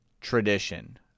tradition